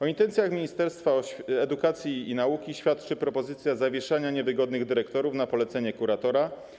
O intencjach Ministerstwa Edukacji i Nauki świadczy propozycja zawieszania niewygodnych dyrektorów na polecenie kuratora.